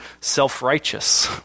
self-righteous